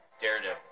Daredevil